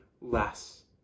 less